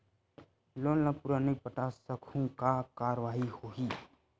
Loan ला पूरा नई पटा सकहुं का कारवाही होही?